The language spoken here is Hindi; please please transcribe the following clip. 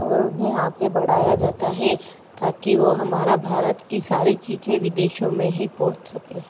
और उन्हें आगे बढ़ाया जाता है ताकि वो हमारा भारत की सारी चीज़ें विदेशों में ही पहुँच सके